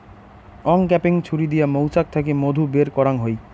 uncapping ছুরি দিয়া মৌচাক থাকি মধু বের করাঙ হই